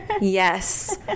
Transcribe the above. Yes